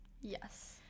Yes